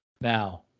now